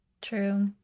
True